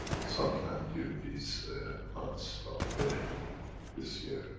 sometime during these months of the this year,